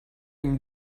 une